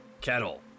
Kettle